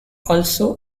also